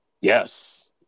Yes